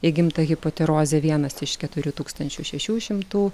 įgimta hipotirozę vienas iš keturių tūkstančių šešių šimtų